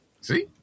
See